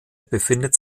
befindet